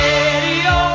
Radio